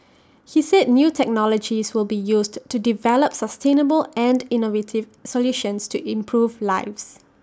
he said new technologies will be used to develop sustainable and innovative solutions to improve lives